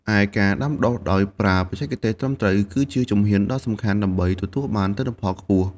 ឯការដាំដុះដោយប្រើបច្ចេកទេសត្រឹមត្រូវ គឺជាជំហានដ៏សំខាន់ដើម្បីទទួលបានទិន្នផលខ្ពស់។